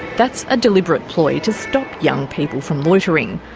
that's a deliberate ploy to stop young people from loitering.